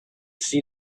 see